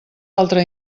altre